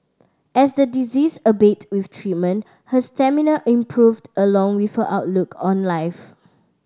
as the disease abated with treatment her stamina improved along with her outlook on life